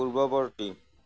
পূৰ্ৱৱৰ্তী